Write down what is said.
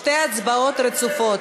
שתי הצבעות רצופות.